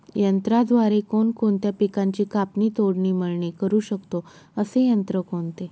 यंत्राद्वारे कोणकोणत्या पिकांची कापणी, तोडणी, मळणी करु शकतो, असे यंत्र कोणते?